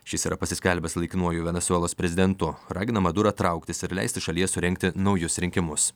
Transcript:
šis yra pasiskelbęs laikinuoju venesuelos prezidentu ragina madurą trauktis ir leisti šalyje surengti naujus rinkimus